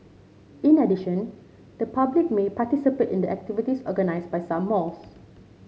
in addition the public may participate in the activities organised by some malls